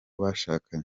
bashakanye